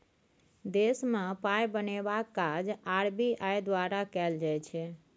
देशमे पाय बनेबाक काज आर.बी.आई द्वारा कएल जाइ छै